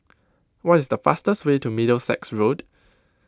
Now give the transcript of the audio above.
what is the fastest way to Middlesex Road